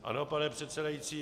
Ano, pane předsedající.